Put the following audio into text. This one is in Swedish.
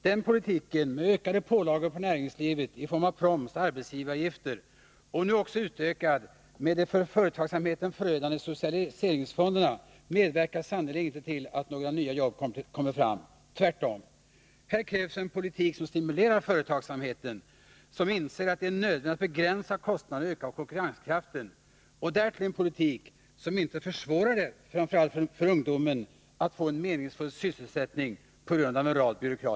Den politiken, med ökade pålagor på näringslivet i form av proms och arbetsgivaravgifter och nu också utökad med de för företagsamheten förödande socialiseringsfonderna, medverkar sannerligen inte till att några nya jobb kommer fram. Här krävs en politik som stimulerar företagsamheten och som begränsar kostnaderna och ökar konkurrenskraften. Det får inte vara en politik som med en rad byråkratiska hinder försvårar för ungdomen att få en meningsfull sysselsättning.